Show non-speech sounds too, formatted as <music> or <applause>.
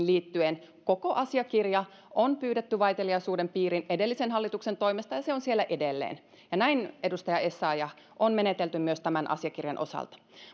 <unintelligible> liittyen koko asiakirja on pyydetty vaiteliaisuuden piiriin edellisen hallituksen toimesta ja se on siellä edelleen ja näin edustaja essayah on menetelty myös tämän asiakirjan osalta